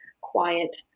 quiet